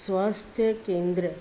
स्वास्थय केंद्र